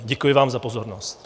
Děkuji vám za pozornost.